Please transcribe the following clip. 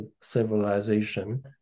civilization